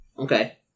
Okay